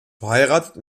verheiratet